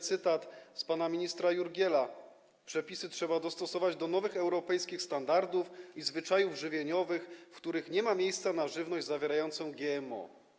Cytat z pana ministra Jurgiela: Przepisy trzeba dostosować do nowych europejskich standardów i zwyczajów żywieniowych, w których nie ma miejsca na żywność zawierającą GMO.